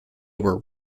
were